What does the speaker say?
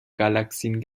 galaxien